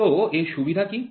তো এর সুবিধা কী